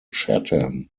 chatham